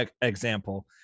example